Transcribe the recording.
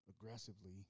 aggressively